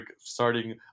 starting